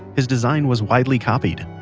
his design was widely copied.